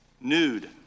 nude